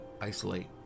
isolate